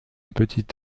petit